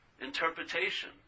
interpretation